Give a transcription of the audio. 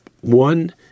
one